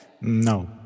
no